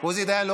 כולל עוזי דיין.